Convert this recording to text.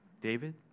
David